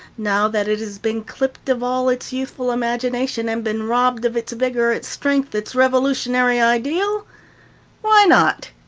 now that it has been clipped of all its youthful imagination, and been robbed of its vigor, its strength, its revolutionary ideal why not?